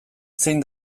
zein